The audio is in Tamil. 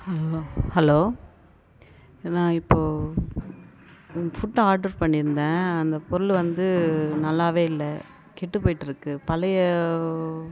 ஹலோ ஹலோ நான் இப்போது ஃபுட்டு ஆர்டர் பண்ணியிருந்தேன் அந்த பொருள் வந்து நல்லாவே இல்லை கெட்டு போயிட்டுருக்கு பழைய